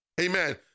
amen